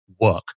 work